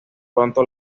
pronto